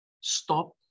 stop